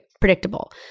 predictable